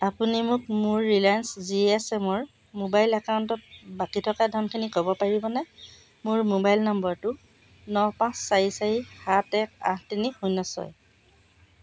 আপুনি মোক মোৰ ৰিলায়েন্স জি এছ এম ৰ মোবাইল একাউণ্টত বাকী থকা ধনখিনি ক'ব পাৰিবনে মোৰ মোবাইল নম্বৰটো ন পাঁচ চাৰি চাৰি সাত এক আঠ তিনি শূন্য ছয়